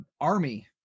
army